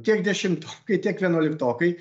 tiek dešimtokai tiek vienuoliktokai